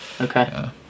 Okay